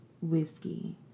Whiskey